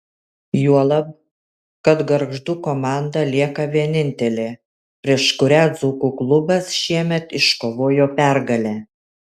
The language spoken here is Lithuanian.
juolab kad gargždų komanda lieka vienintelė prieš kurią dzūkų klubas šiemet iškovojo pergalę